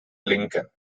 lincoln